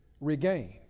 regained